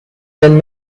been